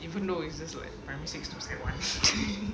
even noises like primary six